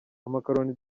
amakaroni